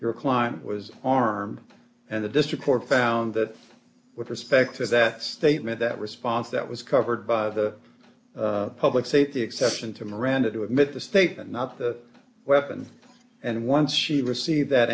your client was armed and the district court found that with respect to that statement that response that was covered by the public safety exception to miranda to admit the state and not the weapon and once she received that